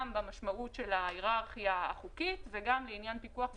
גם במשמעות של ההיררכיה החוקית וגם לעניין פיקוח ואכיפה,